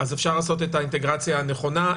אז אפשר לעשות את האינטגרציה הנכונה.